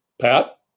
Pat